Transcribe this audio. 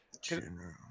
General